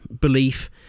belief